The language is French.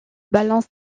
balance